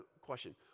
question